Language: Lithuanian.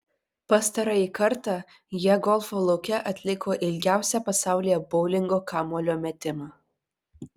pastarąjį kartą jie golfo lauke atliko ilgiausią pasaulyje boulingo kamuolio metimą